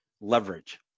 leverage